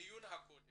בדיון דווח